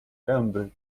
gęby